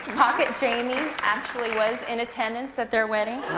pocket jamie actually was in attendance at their wedding.